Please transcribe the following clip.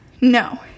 No